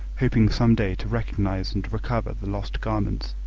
hoping some day to recognise and recover the lost garments.